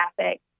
traffic